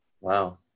wow